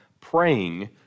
praying